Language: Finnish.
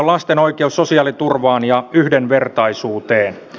lasten oikeus sosiaaliturvaan ja yhdenvertaisuuteen